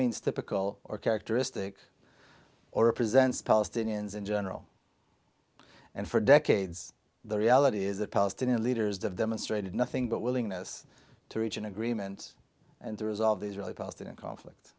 means typical or characteristic or represents palestinians in general and for decades the reality is the palestinian leaders of demonstrated nothing but willingness to reach an agreement and to resolve the israeli palestinian conflict